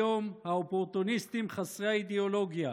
היום האופורטוניסטים חסרי האידיאולוגיה